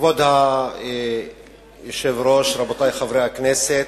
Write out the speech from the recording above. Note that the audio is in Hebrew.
כבוד היושב-ראש, רבותי חברי הכנסת,